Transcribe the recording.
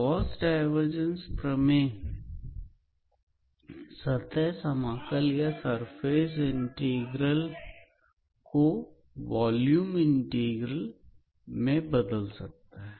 Gauss divergence प्रमेय सतह समाकल या सर्फेस इंटीग्रल को वॉल्यूम इंटीग्रल में बदल सकता है